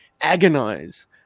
agonize